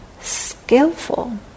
skillful